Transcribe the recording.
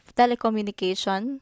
telecommunication